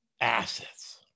assets